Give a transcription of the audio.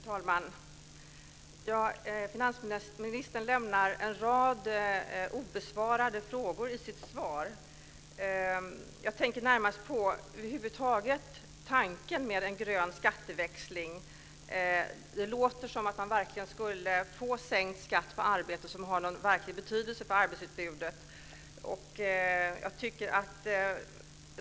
Fru talman! Finansministern lämnar en rad frågor obesvarade i sitt svar. Det gäller närmast tanken med en grön skatteväxling. Det låter som att man verkligen skulle få en sänkt skatt på arbete som har någon verklig betydelse för arbetsutbudet.